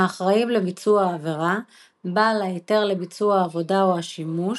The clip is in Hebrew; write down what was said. האחראים לביצוע העבירה בעל ההיתר לביצוע העבודה או השימוש.